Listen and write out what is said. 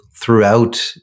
throughout